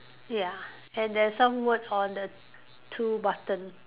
ya and there's some words on the two button